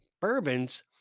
bourbons